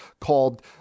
called